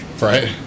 Right